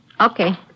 Okay